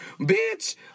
Bitch